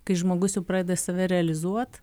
kai žmogus jau pradeda save realizuot